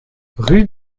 rue